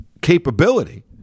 capability